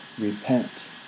repent